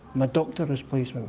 my doctor is pleased with